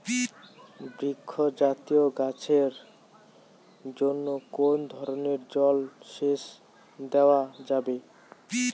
বৃক্ষ জাতীয় গাছের জন্য কোন ধরণের জল সেচ দেওয়া যাবে?